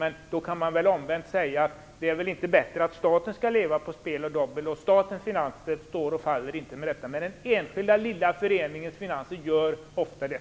Omvänt kan man säga att det inte är bättre att staten skall leva på spel och dobbel. Statens finanser står och faller inte med detta, men den enskilda lilla föreningens finanser gör ofta det.